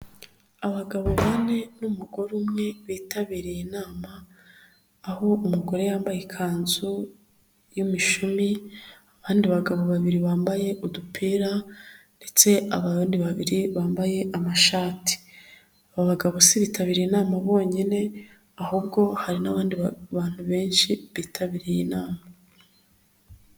Abagabo bane n'umugore umwe bitabirirye inama aho umugore yamabaye ikazu y'imishumi, abandi bagabo babiri bambaye udupira ndetse abandi bambaye amashati. Aba bagabo sibitabireye inama bonyine ahubwo hari n'abandi bantu benshi bitabiriye inama.